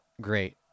great